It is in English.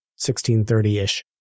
1630-ish